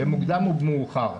במוקדם או במאוחר.